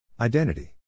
Identity